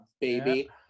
baby